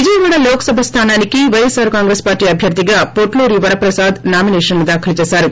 విజయవాడ లోక్సభ స్తానానికి వైఎస్పార్ కాంగ్రెస్ పార్టీ అబ్యర్థిగా పొట్లూరి వర ప్రసాద్ నామినేషన్ దాఖలు చేశారు